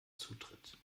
zutritt